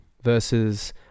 versus